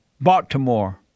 Baltimore